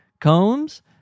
Combs